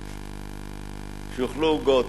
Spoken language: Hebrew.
שיאכלו עוגות,